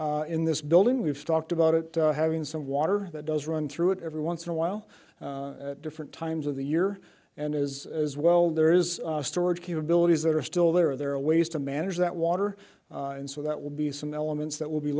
exists in this building we've talked about it having some water that does run through it every once in a while at different times of the year and is as well there is storage capabilities that are still there there are ways to manage that water and so that will be some elements that will be